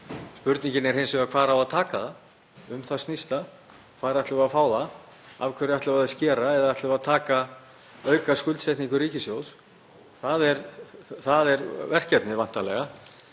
Spurningin er hins vegar hvar á að taka það. Um það snýst það. Hvar ætlum við að fá það? Af hverju ætlum við að skera eða ætlum við að auka skuldsetningu ríkissjóðs? Það er verkefnið væntanlega.